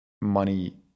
money